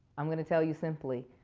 i'm going to tell you simply.